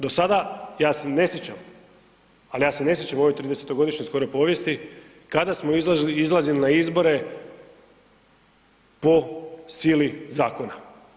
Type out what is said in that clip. Do sada ja se ne sjećam, ali ja se ne sjećam u ovoj 30-godišnjoj skoro povijesti kada smo izlazili na izbore po sili zakona.